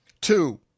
Two